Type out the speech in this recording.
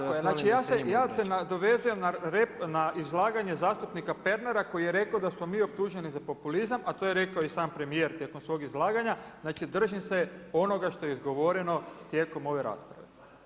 Tako je, znači ja se nadovezujem na izlaganje zastupnika Pernara koji je rekao da smo mi optuženi za populizam a to je rekao i sam premijer tijekom svog izlaganja, znači držim se onoga što je izgovoreno tijekom ove rasprave.